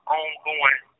ongoing